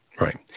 Right